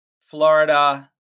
Florida